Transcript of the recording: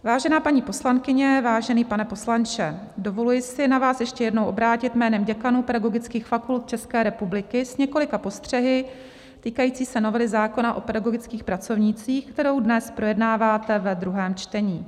Vážená paní poslankyně, vážený pane poslanče, dovoluji si na vás ještě jednou obrátit jménem děkanů pedagogických fakult České republiky s několika postřehy týkajícími se novely zákona o pedagogických pracovnících, kterou dnes projednáváte ve druhém čtení.